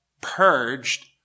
purged